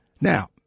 Now